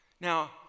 Now